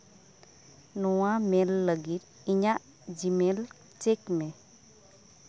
ᱱᱚᱶᱟ ᱢᱮᱞ ᱞᱟᱹᱜᱤᱫ ᱤᱧᱟᱹᱜ ᱡᱤ ᱢᱮᱞ ᱪᱮᱹᱠ ᱢᱮ